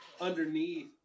underneath